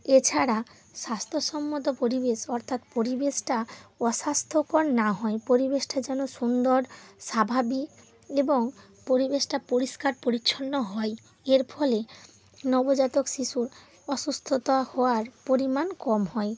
এছাড়া স্বাস্থ্যসম্মত পরিবেশ অর্থাৎ পরিবেশটা অস্বাস্থ্যকর না হয় পরিবেশটা যেন সুন্দর স্বাভাবিক এবং পরিবেশটা পরিষ্কার পরিচ্ছন্ন হয় এর ফলে নবজাতক শিশু অসুস্থতা হওয়ার পরিমাণ কম হয়